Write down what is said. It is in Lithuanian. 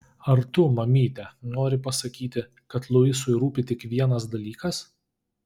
ar tu mamyte nori pasakyti kad luisui rūpi tik vienas dalykas